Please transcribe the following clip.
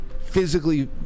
physically